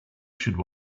should